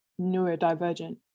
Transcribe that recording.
neurodivergent